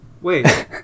Wait